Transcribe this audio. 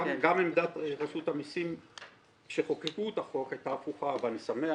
גם עמדת רשות המיסים כשחוקקו את החוק הייתה הפוכה ואני שמח